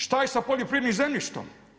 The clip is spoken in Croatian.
Šta je sa poljoprivrednim zemljištom?